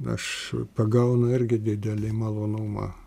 aš pagaunu irgi didelį malonumą